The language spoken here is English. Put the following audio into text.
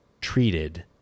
treated